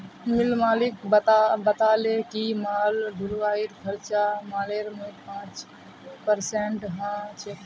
मिल मालिक बताले कि माल ढुलाईर खर्चा मालेर मूल्यत पाँच परसेंट ह छेक